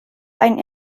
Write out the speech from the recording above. einen